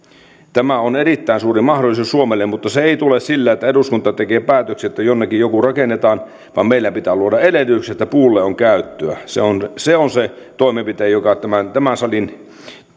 tämä on erittäin suuri mahdollisuus suomelle mutta se ei tule sillä että eduskunta tekee päätöksen että jonnekin jotain rakennetaan vaan meillä pitää luoda edellytykset sille että puulle on käyttöä se on se on se toimenpide joka tämän tämän salin